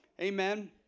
Amen